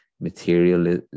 material